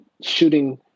shooting